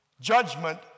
judgment